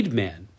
man